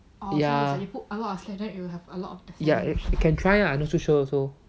ya ya you can try lah I'm not so sure also